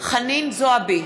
חנין זועבי,